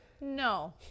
No